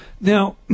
Now